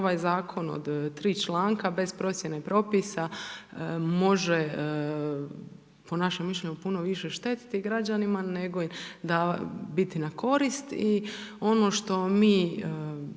ovaj zakon od 3 članka bez procijene i propisa može, po našem mišljenju, puno više štetiti građanima, nego biti na korist i ono što mi